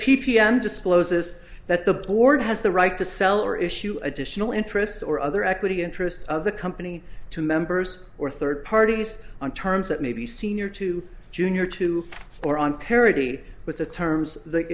m discloses that the board has the right to sell or issue additional interests or other equity interests of the company to members or third parties on terms that may be senior to junior to or on parity with the terms